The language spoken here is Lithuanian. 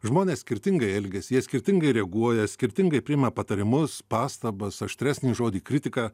žmonės skirtingai elgiasi jie skirtingai reaguoja skirtingai priima patarimus pastabas aštresnį žodį kritiką